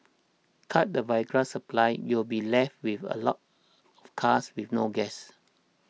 cut the Viagra supply you'll be left with a lot of cars with no gas